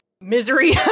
misery